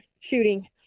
shooting